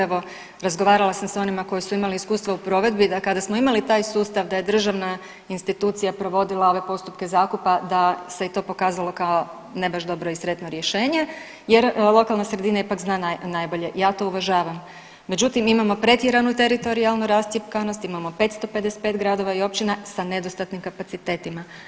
Evo razgovarala sam s onima koji su imali iskustva u provedbi da kada smo imali taj sustav da je državna institucija provodila ove postupke zakupa da se i to pokazalo kao ne baš dobro i sretno rješenje jer lokalna sredina ipak zna najbolje i ja to uvažavan, međutim imamo pretjeranu teritorijalnu rascjepkanost, imamo 555 gradova i općina sa nedostatnim kapacitetima.